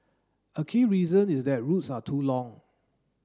a key reason is that routes are too long